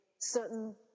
certain